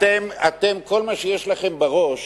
אתם, כל מה שיש לכם בראש